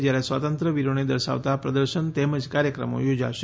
જ્યારે સ્વાતંત્ર્ય વીરોને દર્શાવતા પ્રદર્શન તેમજ કાર્યક્રમો યોજાશે